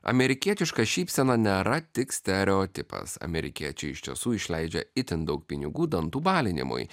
amerikietiška šypsena nėra tik stereotipas amerikiečiai iš tiesų išleidžia itin daug pinigų dantų balinimui